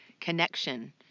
connection